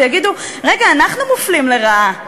ויגידו: אנחנו מופלים לרעה,